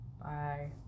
Bye